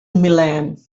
milan